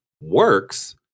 works